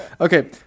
Okay